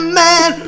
man